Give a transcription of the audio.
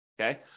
Okay